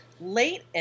late